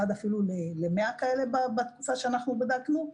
אחד אפילו עם 100 חסויים בתקופה שאנחנו בדקנו,